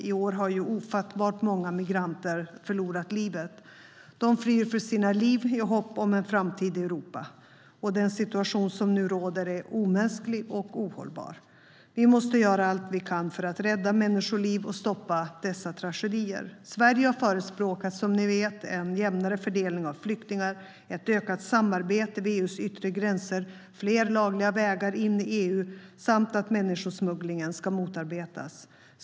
I år har ofattbart många migranter förlorat livet. De flyr för sina liv i hopp om en framtid i Europa. Den situation som nu råder är omänsklig och ohållbar. Vi måste göra allt vi kan för att rädda människoliv och stoppa dessa tragedier. Sverige förespråkar, som ni vet, en jämnare fördelning av flyktingar, ett ökat samarbete vid EU:s yttre gränser, fler lagliga vägar in i EU samt att människosmugglingen ska motarbetas.